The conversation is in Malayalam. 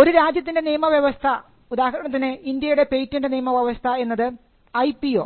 ഒരു രാജ്യത്തിൻറെ നിയമവ്യവസ്ഥ ഉദാഹരണത്തിന് ഇന്ത്യയുടെ പേറ്റന്റ് നിയമവ്യവസ്ഥ എന്നത് ഐപിഒ